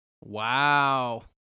Wow